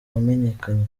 wamenyekanye